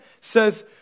says